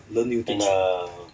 learn new things